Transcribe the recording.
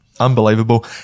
Unbelievable